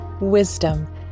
wisdom